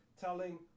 telling